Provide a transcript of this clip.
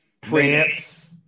Prince